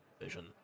vision